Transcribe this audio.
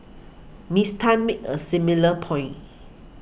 Miss Tan made a similar point